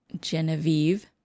Genevieve